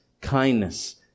kindness